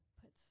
puts